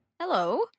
Hello